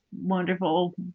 wonderful